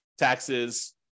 taxes